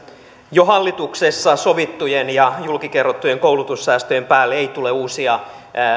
jo hallituksessa sovittujen ja julki kerrottujen koulutussäästöjen päälle ei tule uusia